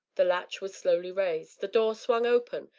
the latch was slowly raised, the door swung open,